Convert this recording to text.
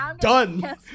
done